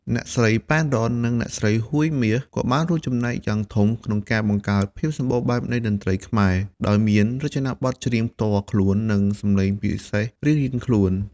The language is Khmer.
អ្នកស្រី ប៉ែន រ៉ន និងអ្នកស្រី ហួយ មាស ក៏បានរួមចំណែកយ៉ាងធំក្នុងការបង្កើតភាពសម្បូរបែបនៃតន្ត្រីខ្មែរ ដោយមានរចនាបថច្រៀងផ្ទាល់ខ្លួន និងសំឡេងពិសេសរៀងៗខ្លួន។